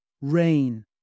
RAIN